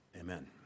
Amen